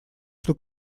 что